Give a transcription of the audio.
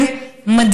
תבואי.